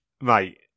Mate